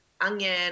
onion